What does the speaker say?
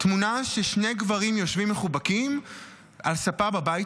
תמונה של שני גברים יושבים מחובקים על ספה בבית